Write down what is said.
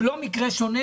הוא לא מקרה שונה,